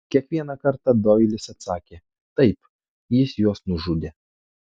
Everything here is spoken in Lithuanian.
kiekvieną kartą doilis atsakė taip jis juos nužudė